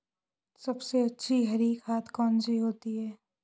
सबसे अच्छी हरी खाद कौन सी होती है?